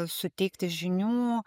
suteikti žinių